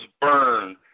burn